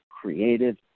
creative